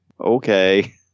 Okay